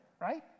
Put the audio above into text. right